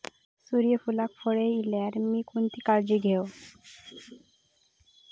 सूर्यफूलाक कळे इल्यार मीया कोणती काळजी घेव?